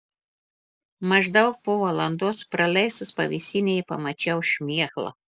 maždaug po valandos praleistos pavėsinėje pamačiau šmėklą